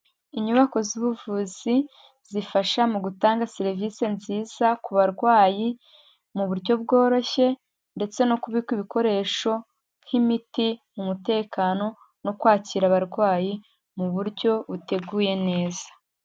Inyubako z'ubuvuzi zifasha mu gutanga serivisi nziza ku barwayi, mu buryo bworoshye ndetse no kubika ibikoresho nk'imiti mu mutekano no kwakira abarwayi mu buryo buteguye neza.